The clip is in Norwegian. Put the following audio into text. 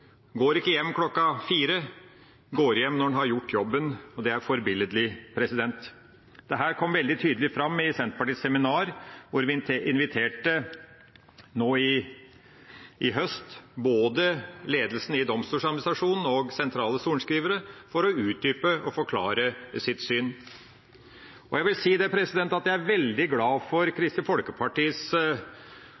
går ikke hjem klokka fire – man går hjem når man har gjort jobben. Det er forbilledlig. Dette kom veldig tydelig fram i Senterpartiets seminar, hvor vi i høst inviterte både ledelsen i Domstoladministrasjonen og sentrale sorenskrivere for å utdype og forklare sitt syn. Jeg er veldig glad for Kristelig Folkepartis arbeid i denne saken – Venstre også, men først Kristelig